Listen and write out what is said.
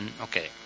okay